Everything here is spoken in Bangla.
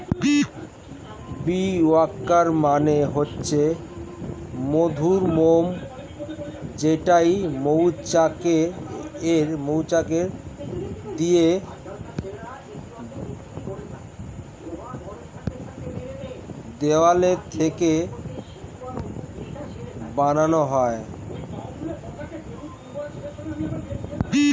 বী ওয়াক্স মানে হচ্ছে মধুমোম যেইটা মৌচাক এর দেওয়াল থেকে বানানো হয়